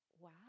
wow